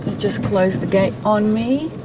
and just closed the gate on me.